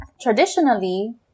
traditionally